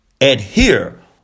adhere